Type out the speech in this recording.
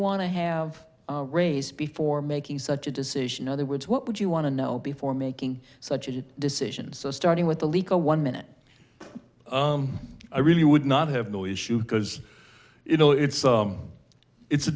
want to have raise before making such a decision other words what would you want to know before making such a good decision so starting with the legal one minute i really would not have the issue because you know it's it's a